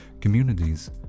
Communities